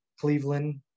Cleveland